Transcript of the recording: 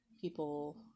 people